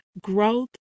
Growth